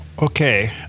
Okay